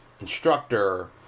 instructor